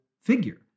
figure